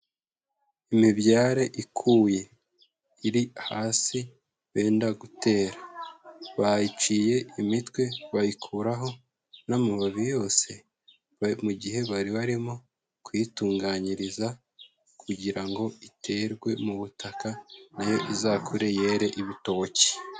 Imibyare ikuye, iri hasi benda gutera, bayiciye imitwe bayikuraho n'amababi yose mu gihe bari barimo kuyitunganyiriza kugira ngo iterwe mu butaka, nayo izakure yere ibitoki.